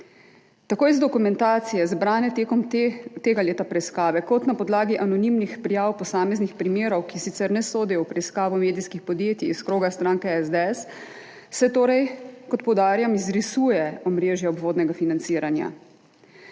Tako iz dokumentacije, zbrane v tem letu preiskave, kot na podlagi anonimnih prijav posameznih primerov, ki sicer ne sodijo v preiskavo medijskih podjetij iz kroga stranke SDS, se torej, kot poudarjam, izrisuje omrežje obvodnega financiranja.